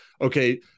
okay